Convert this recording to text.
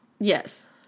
Yes